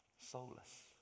Soulless